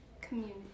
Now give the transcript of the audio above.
community